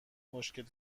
مشکل